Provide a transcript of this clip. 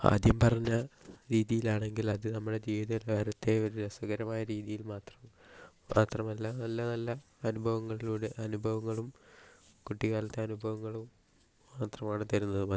ആദ്യം പറഞ്ഞ രീതിയിലാണെങ്കിൽ അത് നമ്മുടെ ജീവിത നിലവാരത്തെ ഒരു രസകരമായ രീതിയിൽ മാത്രം മാത്രമല്ല നല്ല നല്ല അനുഭവങ്ങളിലൂടെ അനുഭവങ്ങളും കുട്ടിക്കാലത്തെ അനുഭവങ്ങളും മാത്രമാണ് തരുന്നത് മറ്റ്